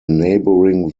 neighbouring